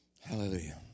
Hallelujah